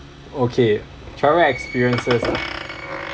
okay travel experiences ah